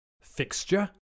fixture